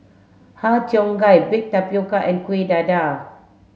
Har Cheong Gai baked tapioca and Kueh Dadar